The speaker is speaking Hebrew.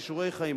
כישורי חיים,